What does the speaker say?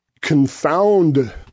confound